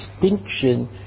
distinction